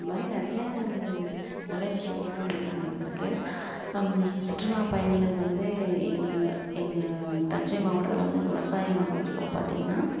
அது மாதிரி நிறைய நல்ல விஷயங்கள்லாம் எங்கள் ஊரில் நடந்துருக்குது சுற்றுலா பயணிகள் வந்து எங்கள் எங்கள் தஞ்சை மாவட்டத்தில் வந்து விவசாயம் நடந்துட்டுருக்கப்ப பார்த்தீங்கன்னா